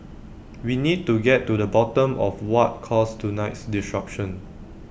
we need to get to the bottom of what caused tonight's disruption